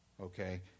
okay